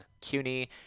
CUNY